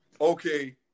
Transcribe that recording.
okay